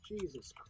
Jesus